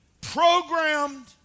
programmed